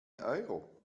euro